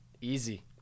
Easy